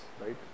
right